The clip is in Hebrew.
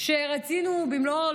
שרצינו במלואו,